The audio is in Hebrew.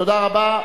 תודה רבה.